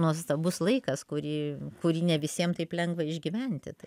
nuostabus laikas kurį kurį ne visiem taip lengva išgyventi